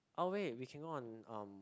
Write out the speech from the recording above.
oh wait we can go on um